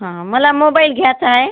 हां मला मोबाईल घ्यायचा आहे